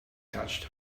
touched